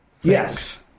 Yes